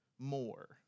more